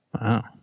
Wow